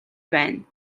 байна